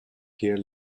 here